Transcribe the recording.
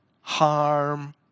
harm